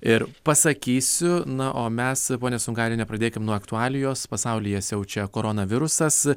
ir pasakysiu na o mes ponia sungailienė pradėkim nuo aktualijos pasaulyje siaučia koronavirusas